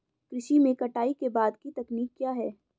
कृषि में कटाई के बाद की तकनीक क्या है?